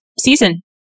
season